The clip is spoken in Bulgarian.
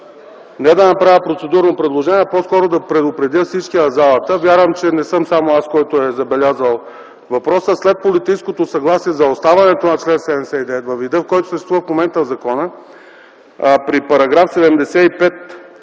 не да направя процедурно предложение, а по-скоро да предупредя всички в залата. Вярвам, че не съм само аз, който е забелязал въпроса след политическото съгласие за оставането на чл. 79 във вида, в който съществува в момента в закона, в § 75,